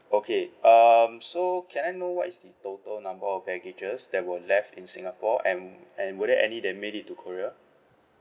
okay um so can I know what is the total number of baggages that were left in singapore and and were there any that made it to korea